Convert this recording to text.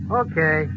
okay